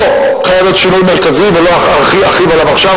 פה חייב להיות שינוי מרכזי, ולא ארחיב עליו עכשיו.